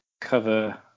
cover